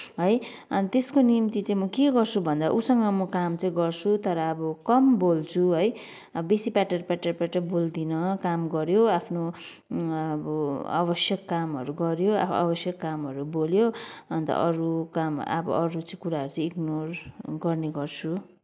है अनि त्यसको निम्ति चाहिँ म के गर्छु भन्दाखेरि ऊसँग म काम त गर्छु तर अब कम बोल्छु है बेसी बेसी पेटर पेटर पेटर बोल्दिनँ काम गऱ्यो आफ्नो अब आवश्यक कामहरू गऱ्यो आवश्यक कामहरू बोल्यो अन्त अरू काम अब अरू चाहिँ कुराहरू चाहिँ इग्नोर गर्ने गर्छु